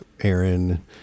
Aaron